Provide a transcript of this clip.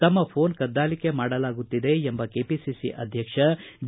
ತಮ್ಮ ಫೋನ್ ಕದ್ದಾಲಿಕೆ ಮಾಡಲಾಗುತ್ತಿದೆ ಎಂಬ ಕೆಪಿಸಿಸಿ ಅಧ್ಯಕ್ಷ ಡಿ